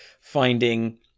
finding